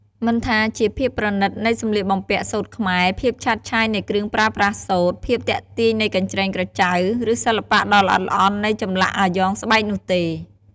មិនថាជាភាពប្រណិតនៃសម្លៀកបំពាក់សូត្រខ្មែរ ភាពឆើតឆាយនៃគ្រឿងប្រើប្រាស់សូត្រ ភាពទាក់ទាញនៃកញ្រ្ចែងក្រចៅ ឬសិល្បៈដ៏ល្អិតល្អន់នៃចម្លាក់អាយ៉ងស្បែកនោះទេ។